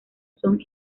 son